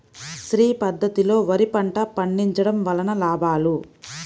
శ్రీ పద్ధతిలో వరి పంట పండించడం వలన లాభాలు?